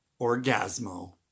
Orgasmo